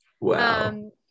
wow